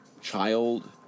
child